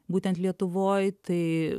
būtent lietuvoj tai